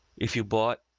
if you bought,